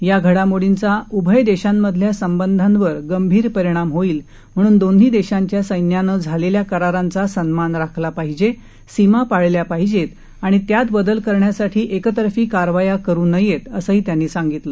या घडामोडींचा उभय देशांमधल्या संबंधावर गंभीर परिणाम होईल म्हणून दोन्ही देशांच्या सैन्यानं झालेल्या करारांचा सन्मान राखला पाहिजे सीमा पाळल्या पाहिजेत आणि त्यात बदल करण्यासाठी एकतर्फी कारवाया करु नयेत असंही त्यांनी सांगितलं